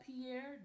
Pierre